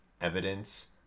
evidence